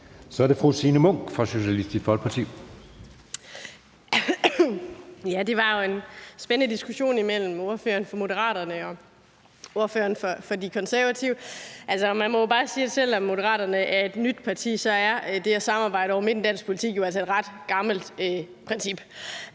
Så er det fru Signe Munk fra Socialistisk Folkeparti. Kl. 16:37 Signe Munk (SF): Det var jo en spændende diskussion imellem ordføreren for Moderaterne og ordføreren for De Konservative. Man må bare sige, at selv om Moderaterne er et nyt parti, er det at samarbejde over midten i dansk politik altså et ret gammelt princip.